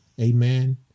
Amen